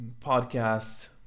podcasts